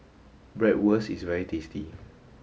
Bratwurst is very tasty